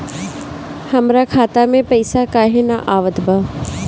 हमरा खाता में पइसा काहे ना आवत बा?